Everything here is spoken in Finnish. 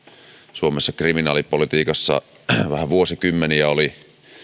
suomessa kriminaalipolitiikassa oli vuosikymmeniä ja on